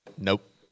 Nope